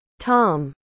Tom